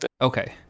Okay